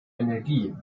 energie